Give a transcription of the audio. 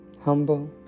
humble